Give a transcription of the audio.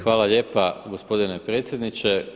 Hvala lijepa gospodine predsjedniče.